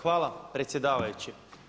Hvala predsjedavajući.